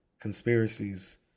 conspiracies